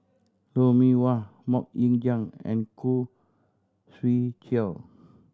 Lou Mee Wah Mok Ying Jang and Khoo Swee Chiow